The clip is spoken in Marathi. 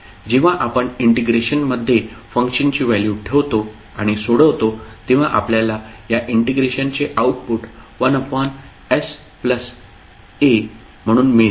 जेव्हा आपण इंटिग्रेशन मध्ये फंक्शनची व्हॅल्यू ठेवतो आणि सोडवतो तेंव्हा आपल्याला या इंटिग्रेशन चे आउटपुट 1sa म्हणून मिळते